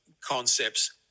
concepts